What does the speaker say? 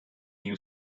new